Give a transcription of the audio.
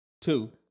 two